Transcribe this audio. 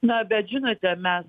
na bet žinote mes